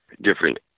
different